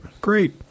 Great